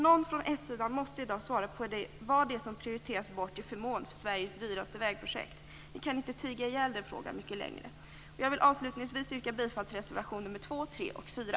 Någon från ssidan måste i dag svara på frågan om vad det är som prioriteras bort till förmån för Sveriges dyraste vägprojekt. Ni kan inte tiga ihjäl den frågan mycket längre! Avslutningsvis yrkar jag bifall till reservationerna